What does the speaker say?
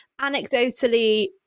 Anecdotally